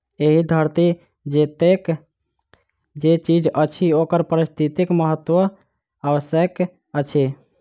एहि धरती पर जतेक जे चीज अछि ओकर पारिस्थितिक महत्व अवश्य अछि